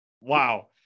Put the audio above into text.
Wow